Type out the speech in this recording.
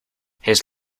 his